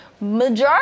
majority